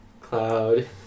Cloud